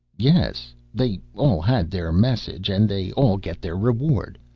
yes they all had their message, and they all get their reward.